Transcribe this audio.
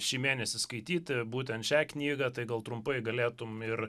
šį mėnesį skaityti būtent šią knygą tai gal trumpai galėtum ir